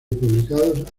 publicados